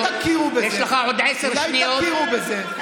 מתי תכירו בזה?